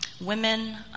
women